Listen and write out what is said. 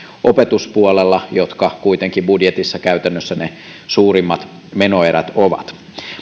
opetuspuolella jotka kuitenkin budjetissa käytännössä ne suurimmat menoerät ovat